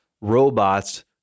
robots